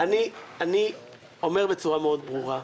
-- אני אומר בצורה מאוד ברורה: